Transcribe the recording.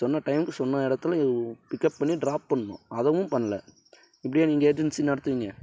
சொன்ன டைமுக்கு சொன்ன இடத்துல பிக்கப் பண்ணி டிராப் பண்ணணும் அதவும் பண்ணல இப்படியா நீங்கள் ஏஜென்சி நடத்துவீங்க